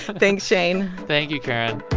thanks, shane thank you, karen